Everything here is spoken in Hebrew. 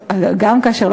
והן מציקות ומעצבנות לא